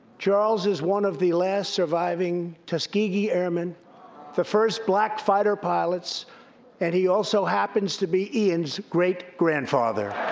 charles is one of the last surviving tuskegee airmen the first black fighter pilots and he also happens to be iain's great-grandfather.